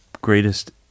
greatest